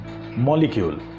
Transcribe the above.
Molecule